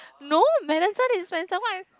no man dispenser what